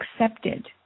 accepted